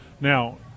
Now